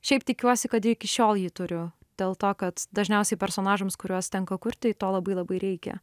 šiaip tikiuosi kad iki šiol jį turiu dėl to kad dažniausiai personažams kuriuos tenka kurti to labai labai reikia